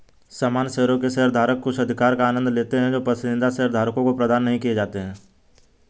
सामान्य शेयरों के शेयरधारक कुछ अधिकारों का आनंद लेते हैं जो पसंदीदा शेयरधारकों को प्रदान नहीं किए जाते हैं